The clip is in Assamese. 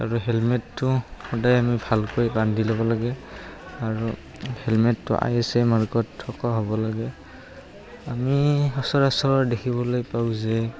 আৰু হেলমেটটো সদায় আমি ভালকৈ বান্ধি ল'ব লাগে আৰু হেলমেটটো আই এ এছ মাৰ্কত থকা হ'ব লাগে আমি সচৰাচৰ দেখিবলৈ পাওঁ যে